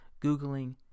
Googling